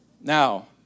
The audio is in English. now